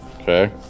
Okay